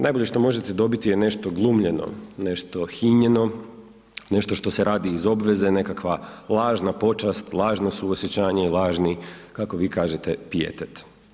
Najbolje što možete dobiti je nešto glumljeno, nešto hinjeno, nešto što se radi iz obveze, nekakva lažna počast, lažno suosjećanje i lažni kako vi kažete, pijetet.